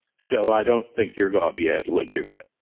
so i don't think you're going to be able to do it.